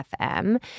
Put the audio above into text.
FM